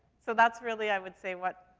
so that's really, i would say, what,